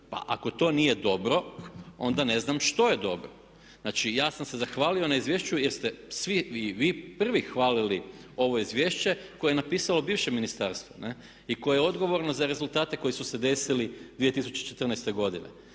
Pa ako to nije dobro onda ne znam što je dobro. Znači, ja sam se zahvalio na izvješću jer ste svi vi i vi prvi hvalili ovo izvješće koje je napisalo bivše ministarstvo i koje je odgovorno za rezultate koji su se desili 2014. godine.